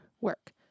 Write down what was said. work